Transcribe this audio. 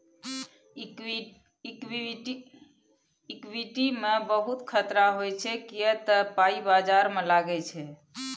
equity मे बहुत खतरा होइ छै किए तए पाइ बजार मे लागै छै